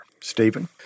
Stephen